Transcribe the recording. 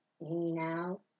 No